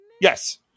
Yes